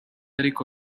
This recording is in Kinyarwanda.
ariko